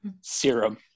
serum